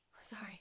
sorry